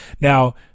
Now